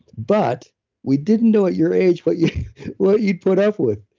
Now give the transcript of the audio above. but we didn't know at your age what you'd what you'd put up with.